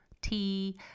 tea